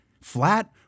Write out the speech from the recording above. flat